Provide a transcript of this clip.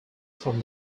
from